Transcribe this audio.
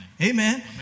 Amen